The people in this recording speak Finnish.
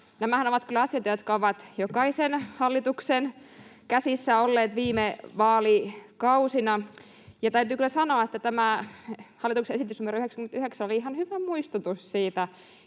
nämähän ovat kyllä asioita, jotka ovat jokaisen hallituksen käsissä olleet viime vaalikausina. Ja täytyy kyllä sanoa, että tämä hallituksen esitys numero 99 oli ihan hyvä muistutus siitä